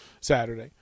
Saturday